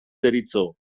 deritzo